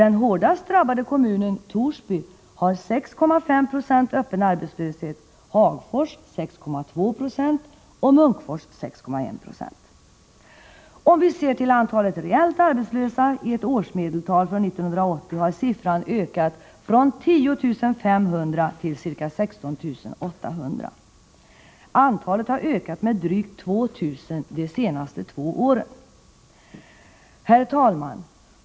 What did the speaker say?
Den hårdast drabbade kommunen, Torsby, har 6,5 76 öppen arbetslöshet, Hagfors 6,2 20 och Munkfors 6,1 90. Om vi ser till antalet reellt arbetslösa i ett årsmedeltal från 1980 finner vi att siffran har ökat från 10 500 till ca 16 800. Antalet har ökat med drygt 2 000 de senaste två åren. Herr talman!